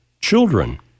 children